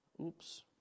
oops